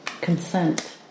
consent